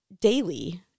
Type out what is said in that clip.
daily